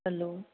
hello